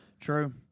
True